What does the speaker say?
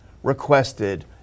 requested